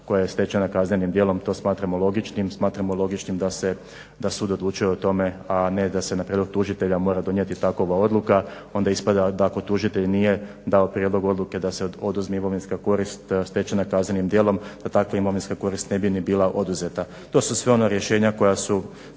koja je stečena kaznenim djelo. To smatramo logičnim. Smatramo logičnim da sud odlučuje o tome a ne da se na prijedlog tužitelja mora donijeti takva odluka. Onda ispada da ako tužitelj nije dao prijedlog odluke da se oduzme imovinska korist stečena kaznenim djelom da takva imovinska korist ne bi ni bila oduzeta. To su sve ona rješenja koja su